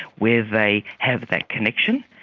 where they have that connection.